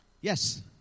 Yes